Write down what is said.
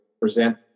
present